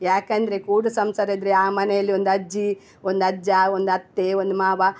ಯಾಕೆಂದರೆ ಕೂಡು ಸಂಸಾರ ಇದ್ದರೆ ಆ ಮನೆಯಲ್ಲಿ ಒಂದು ಅಜ್ಜಿ ಒಂದು ಅಜ್ಜ ಒಂದು ಅತ್ತೆ ಒಂದು ಮಾವ